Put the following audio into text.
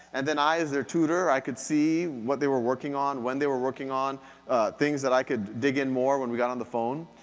and then i as their tutor, i could see what they were working on, when they were working on things that i could dig in more when we got on the phone.